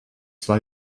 zwei